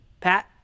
Pat